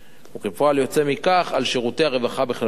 וכפועל יוצא מכך על שירותי הרווחה בכללותם.